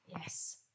Yes